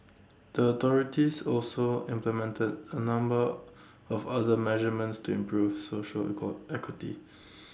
the authorities also implemented A number of other measurements to improve social equal equity